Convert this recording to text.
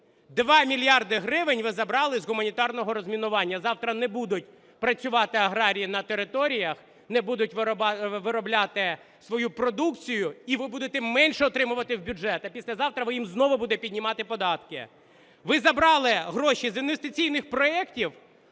2 мільярди гривень ви забрали з гуманітарного розмінування! Завтра не будуть працювати аграрії на територіях, не будуть виробляти свою продукції і ви будете менше отримувати в бюджет, а післязавтра ви їм знову будете піднімати податки. Ви забрали гроші з інвестиційних проєктів,